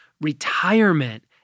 retirement